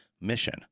mission